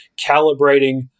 calibrating